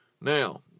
Now